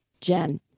jen